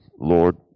Lord